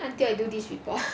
until I do this report